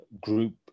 group